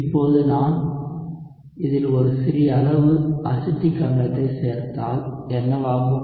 இப்போது நான் இதில் ஒரு சிறிய அளவு அசிட்டிக் அமிலத்தை சேர்த்தால் என்னவாகும்